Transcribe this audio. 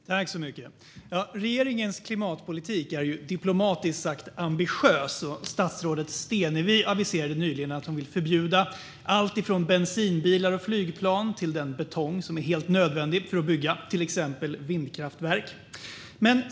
Fru talman! Regeringens klimatpolitik är ambitiös, diplomatiskt sagt, och statsrådet Stenevi aviserade nyligen att hon vill förbjuda alltifrån bensinbilar och flygplan till den betong som är helt nödvändig för att bygga till exempel vindkraftverk.